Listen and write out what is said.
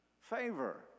Favor